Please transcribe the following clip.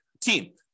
team